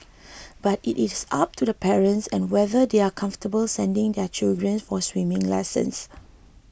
but it is up to the parents and whether they are comfortable sending their children for swimming lessons